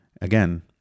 Again